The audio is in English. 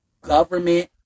government